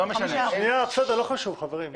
חמישה אחוזים.